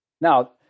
Now